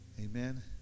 amen